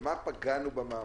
במה פגענו במאמץ?